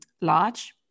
large